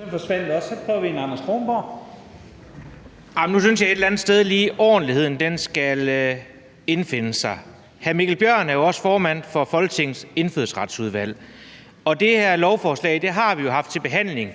andet sted, at ordentligheden lige skal indfinde sig. Hr. Mikkel Bjørn er jo også formand for Folketingets Indfødsretsudvalg. Det her lovforslag har vi haft til behandling